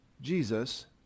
Jesus